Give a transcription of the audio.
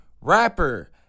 rapper